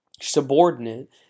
subordinate